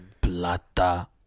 Plata